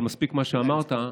אבל מספיק מה שאמרת.